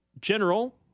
general